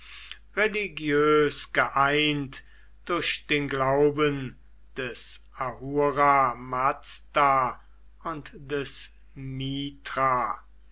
religiös geeinigt durch den glauben des ahura mazda und des